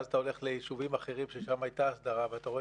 ואז אתה הולך ליישובים אחרים ששם הייתה הסדרה ורואה